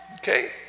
Okay